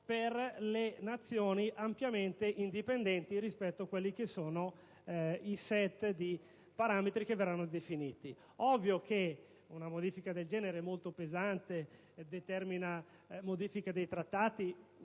per le Nazioni ampiamente indipendenti rispetto ai *set* di parametri che verranno definiti. Ovvio che una modifica del genere è molto pesante e determina modifiche dei Trattati,